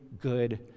good